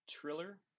Triller